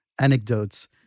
anecdotes